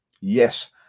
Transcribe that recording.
Yes